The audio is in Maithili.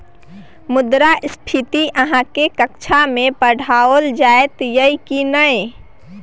मुद्रास्फीति अहाँक कक्षामे पढ़ाओल जाइत यै की नै?